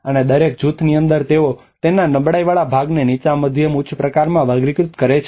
અને દરેક જૂથની અંદર તેઓ તેના નબળાઈવાળા ભાગને નીચા મધ્યમ અને ઉચ્ચ પ્રકારમાં વર્ગીકૃત પણ કરે છે